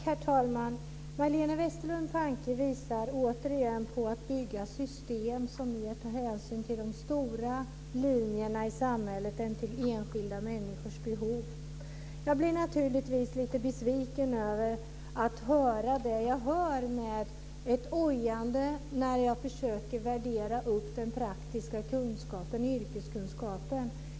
Herr talman! Majléne Westerlund Panke visar återigen exempel på detta att man bygger system som mer tar hänsyn till de stora linjerna i samhället än till enskilda människors behov. Jag blir naturligtvis lite besviken över att höra det jag hör, ett ojande när jag försöker värdera upp den praktiska kunskapen, yrkeskunskapen.